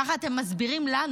ככה אתם מסבירים לנו.